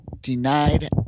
denied